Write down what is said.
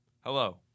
Hello